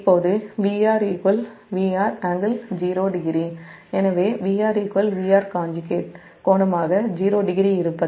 இப்போது VR |VR|∟00 எனவே VRVR 00 கோணமாக இருப்பதால் VR